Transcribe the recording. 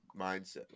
mindset